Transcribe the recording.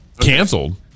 Canceled